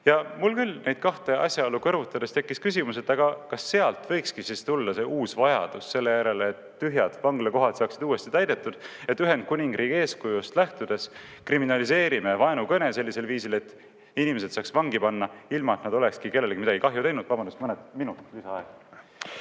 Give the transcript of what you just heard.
Mul küll neid kahte asjaolu kõrvutades tekkis küsimus, kas sealt võikski tulla see uus vajadus selle järele, et tühjad vanglakohad saaksid täidetud, ja et Ühendkuningriigi eeskujust lähtudes kriminaliseerime vaenukõne sellisel viisil, et inimesi saaks vangi panna, ilma et nad olekski kellelegi midagi kahju teinud. Vabandust, mõned minutid lisaaega.